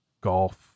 golf